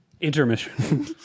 Intermission